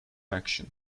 faction